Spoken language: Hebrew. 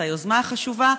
את היוזמה החשובה,